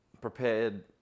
prepared